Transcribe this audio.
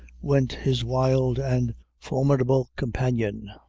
went his wild and formidable companion,